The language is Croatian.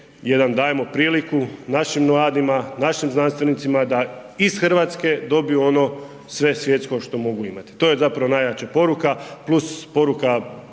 dajemo priliku našim mladima, našim znanstvenicima da iz RH dobiju ono sve svjetsko što mogu imati, to je zapravo najjača poruka plus poruka